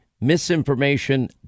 misinformation